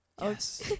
Yes